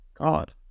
God